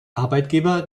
arbeitgeber